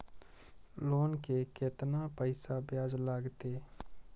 Loan के केतना पैसा ब्याज लागते?